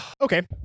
Okay